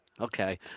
Okay